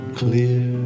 clear